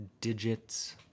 digits